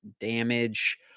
damage